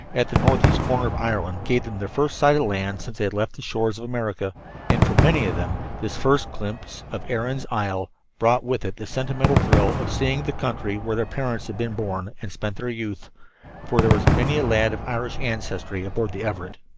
at the northeast corner of ireland, gave them their first sight of land since they had left the shores of america and for many of them this first glimpse of erin's isle brought with it the sentimental thrill of seeing the country where their parents had been born and spent their youth for there was many a lad of irish ancestry aboard the everett.